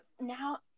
Now